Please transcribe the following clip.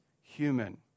human